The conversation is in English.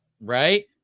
right